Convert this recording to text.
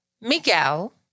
Miguel